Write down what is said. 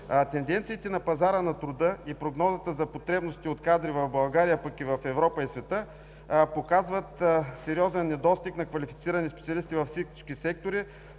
Тенденциите на пазара на труда и прогнозата за потребностите от кадри в България, пък и в Европа, и в света показват сериозен недостиг на квалифицирани специалисти във всички сектори,